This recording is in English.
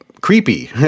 creepy